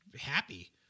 happy